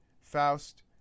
Faust